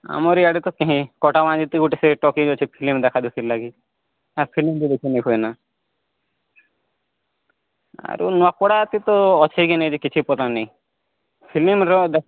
ଆମର ଇଆଡ଼େ ତ କାହିଁ ଫିଲ୍ମ୍ ଦେଖା ଦୁଖିର ଲାଗି ଆର ଫିଲ୍ମ୍ ବି ଦେଖି ନାହିଁ ହୁଏ ନା ଆରୁ ନକରା ତି ତ ଅଛି କି ନାଇଁ ଯେ କିଛି ପତା ନାଇଁ ଫିଲିମ୍ର